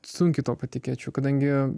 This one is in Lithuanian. sunkiai tuo patikėčiau kadangi